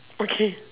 okay